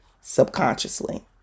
subconsciously